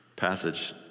passage